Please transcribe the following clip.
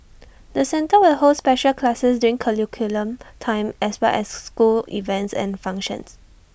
the centre will hold special classes during curriculum time as well as school events and functions